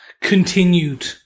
continued